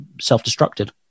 self-destructed